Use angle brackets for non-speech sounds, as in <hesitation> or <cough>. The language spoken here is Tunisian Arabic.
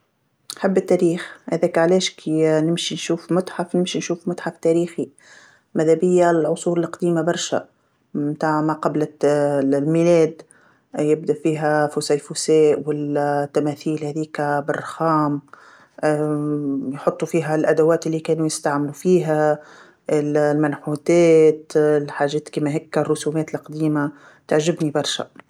نحب التاريخ، هذاك علاش كي <hesitation> نمشي نشوف متحف نمشي نشوف متحف تاريخي، مذابيا العصور القديمة برشا متاع ما قبل الت-الميلاد، <hesitation> يبدا فيها الفسيفساء وال-التماثيل هاذيكا بالرخام، <hesitation> يحطو فيها الأدوات اللي كانو يستعملو فيها، ال- المنحوتات، الحاجات كيما هكا الرسومات القديمه، تعجبني برشا.